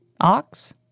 ox